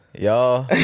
y'all